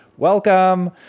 Welcome